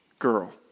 girl